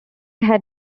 had